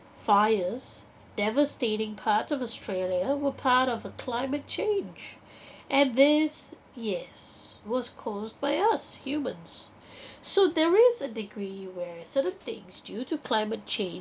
fires devastating parts of australia were part of a climate change and this yes was caused by us humans so there is a degree where certain things due to climate change